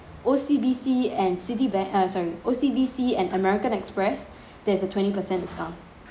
O_C_B_C and citibank uh sorry O_C_B_C and american express there's a twenty percent discount